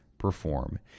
perform